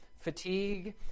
fatigue